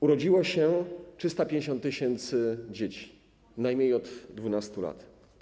Urodziło się 350 tys. dzieci, najmniej od 12 lat.